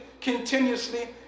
continuously